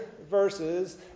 verses